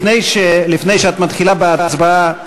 לפני שאת מתחילה בהצבעה,